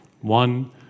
one